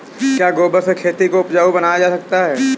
क्या गोबर से खेती को उपजाउ बनाया जा सकता है?